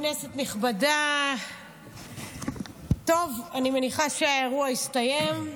כנסת נכבדה, טוב, אני מניחה שהאירוע הסתיים.